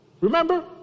Remember